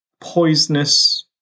poisonous